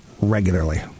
regularly